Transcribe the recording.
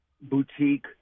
boutique